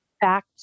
back